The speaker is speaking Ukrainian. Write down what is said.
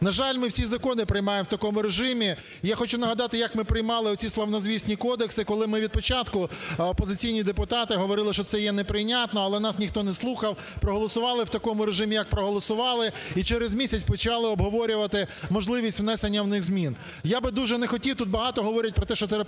На жаль, ми всі закони приймаємо в такому режимі. Я хочу нагадати, як ми приймали оці славнозвісні кодекси. Коли ми від початку, опозиційні депутати говорили, що це є неприйнятно, але нас ніхто не слухав. Проголосували в такому режимі як проголосували. І через місяць почали обговорювати можливість внесення в них змін. Я би дуже не хотів тут багато говорить про те, що треба